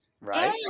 Right